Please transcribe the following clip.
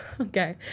Okay